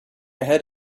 ahead